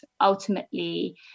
ultimately